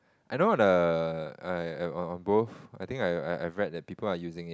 I know the I I am on on both I think I I read that people are using it